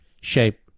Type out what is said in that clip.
shape